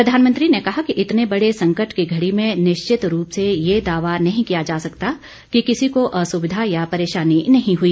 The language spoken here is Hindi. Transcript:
प्रधानमंत्री ने कहा कि इतने बड़े संकट की घड़ी में निश्चित रूप से यह दावा नहीं किया जा सकता कि किसी को असुविधा या परेशानी नहीं हुई